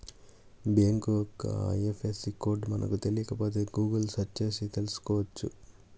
bank యొక్క IFSC code మనకు తెలియకపోతే గుగుల్ సెర్చ్ చేసి తెల్సుకోవచ్చు